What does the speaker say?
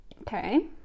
Okay